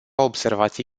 observații